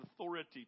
authority